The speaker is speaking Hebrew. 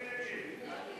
ייצוג עסקים